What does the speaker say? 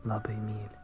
labai myli